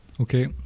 Okay